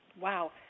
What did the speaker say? Wow